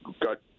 got